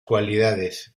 cualidades